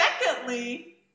secondly